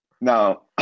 Now